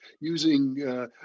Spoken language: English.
using